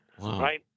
Right